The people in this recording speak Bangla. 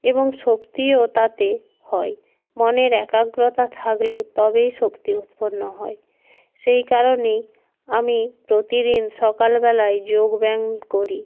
এবং শক্তিও তাতে হয় মনের একাগ্রতা থাকলে তবেই শক্তি উৎপন্ন হয় সেই কারণেই আমি প্রতিদিন সকালবেলায় যোগব্যায়াম করি